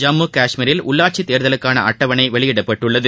ஜம்மு கஷ்மீரில் உள்ளாட்சிதேர்தலுக்கானஅட்டவணைவெளியிடப்பட்டுள்ளது